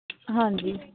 ਹਾਂਜੀ